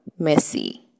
Messi